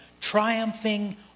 triumphing